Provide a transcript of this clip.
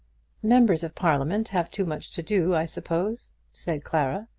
members of parliament have too much to do, i suppose, said clara.